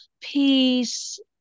peace